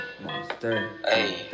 monster